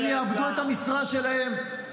יאבדו את המשרה שלהם,